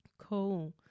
cool